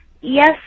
Yes